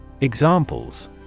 Examples